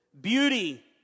Beauty